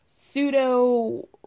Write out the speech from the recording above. pseudo-